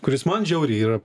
kuris man žiauriai yra